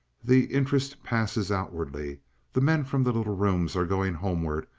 the interest passes outwardly the men from the little rooms are going homeward,